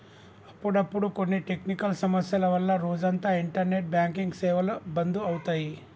అప్పుడప్పుడు కొన్ని టెక్నికల్ సమస్యల వల్ల రోజంతా ఇంటర్నెట్ బ్యాంకింగ్ సేవలు బంధు అవుతాయి